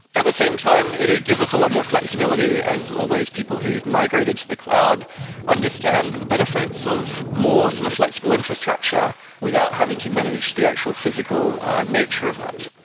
at the same time, it it gives us a lot more flexibility as all those people who've migrated to the cloud understand the benefits of more sort of flexible infrastructure without having to manage the actual physical nature of that.